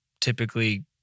typically